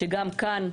שגם כאן,